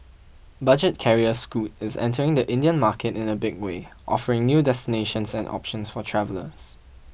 budget carrier Scoot is entering the Indian market in a big way offering new destinations and options for travellers